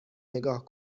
نگاه